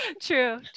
True